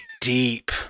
deep